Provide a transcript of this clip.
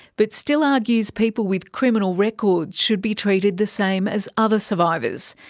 but still argues people with criminal records should be treated the same as other survivors.